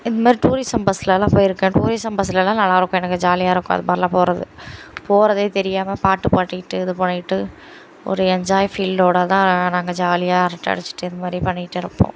இந்த மாதிரி tourism bus எல்லாம் போயிருக்கேன் டூரிஸம் பஸ்லெலாம் நல்லா இருக்கும் எனக்கு ஜாலியாக இருக்கும் அந்த மாதிரிலாம் போகிறது போகிறதே தெரியாமல் பாட்டு பாடிக்கிட்டு இது பண்ணிக்கிட்டு ஒரு என்ஜாய் ஃபீலோடய தான் நாங்க ஜாலியாக அரைட்ட அடிச்சிட்டு இது மாதிரி பண்ணிகிட்டு இருப்போம்